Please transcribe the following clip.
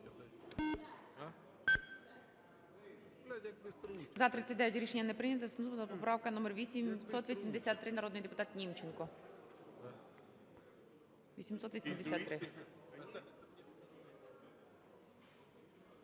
За-39 Рішення не прийнято. Наступна поправка - номер 883. Народний депутат Німченко. 883-я.